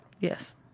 Yes